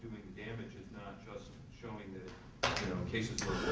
damage is not just showing that cases